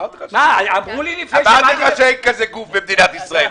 אמרתי לך שאין גוף כזה במדינת ישראל.